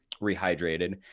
rehydrated